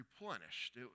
replenished